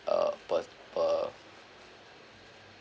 uh per per